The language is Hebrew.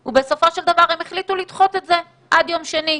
ובסופו של דבר הם החליטו לדחות את זה עד יום שני,